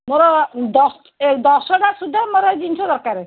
ମୋର ଏ ଦଶଟା ସୁଦ୍ଧା ମୋର ଏ ଜିନିଷ ଦରକାର